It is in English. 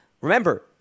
remember